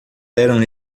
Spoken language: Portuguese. eram